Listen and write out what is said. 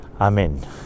Amen